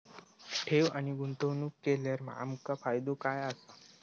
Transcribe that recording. ठेव आणि गुंतवणूक केल्यार आमका फायदो काय आसा?